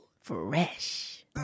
Fresh